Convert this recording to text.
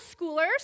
schoolers